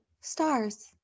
stars